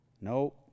no